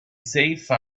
safe